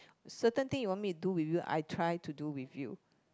certain thing you want me to do with you I try to do with you